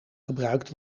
gebruikt